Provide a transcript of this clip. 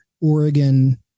Oregon